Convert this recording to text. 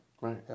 Right